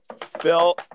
Phil